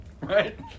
right